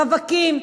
רווקים,